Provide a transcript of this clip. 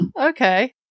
okay